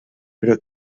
però